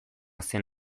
zen